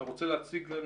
אתה רוצה להציג לנו?